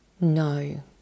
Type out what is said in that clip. No